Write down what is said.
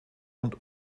und